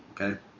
okay